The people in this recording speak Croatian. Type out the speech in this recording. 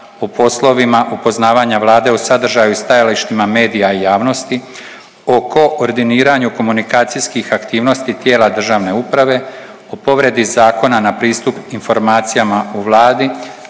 o poslovima upoznavanja Vlade o sadržaju i stajalištima medija i javnosti, o koordiniranju komunikacijskih aktivnosti tijela državne uprave, o povredi Zakona na pristup informacijama u Vladi